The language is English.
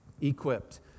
equipped